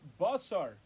Basar